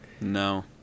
No